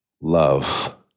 Love